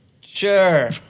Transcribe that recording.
Sure